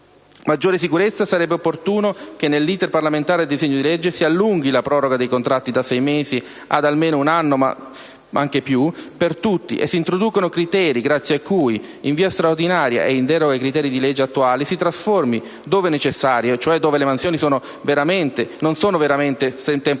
maggiore sicurezza sarebbe opportuno che nell'*iter* parlamentare del disegno di legge si allunghi la proroga dei contratti da sei mesi ad almeno un anno (anche più) per tutti e si introducano criteri grazie a cui, in via straordinaria e in deroga ai criteri di legge attuali, si trasformino dove necessario (dove cioè le mansioni svolte non siano realmente temporanee ed